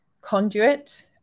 conduit